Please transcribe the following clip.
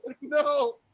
no